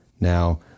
Now